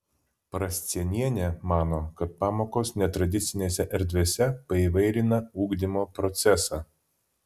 prascienienė mano kad pamokos netradicinėse erdvėse paįvairina ugdymo procesą